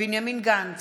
בנימין גנץ,